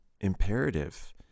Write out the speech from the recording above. imperative